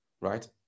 right